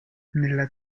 nella